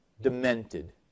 demented